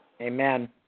Amen